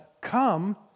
come